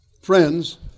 friends